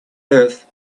earth